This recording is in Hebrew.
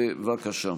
בבקשה.